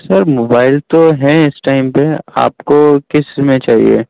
سر mobile تو ہیں اِس ٹائم پہ آپ کو کس میں چاہیے